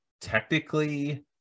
technically